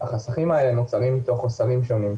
החסכים האלה נוצרים מתוך חוסרים שונים,